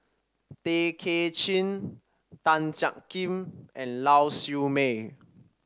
Tay Kay Chin Tan Jiak Kim and Lau Siew Mei